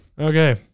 Okay